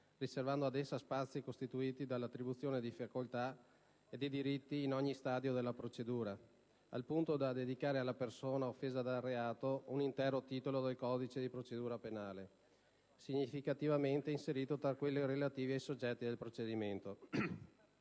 riservando ad essa spazi costituiti dall'attribuzione di facoltà e di diritti in ogni stadio della procedura, al punto da dedicare alla persona offesa dal reato un intero titolo del codice di procedura penale, significativamente inserito tra quelli relativi ai soggetti del procedimento.